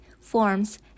forms